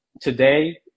today